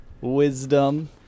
wisdom